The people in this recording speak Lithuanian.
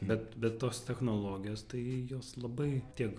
bet bet tos technologijos tai jos labai tiek